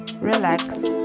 relax